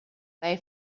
they